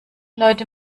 leute